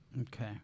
Okay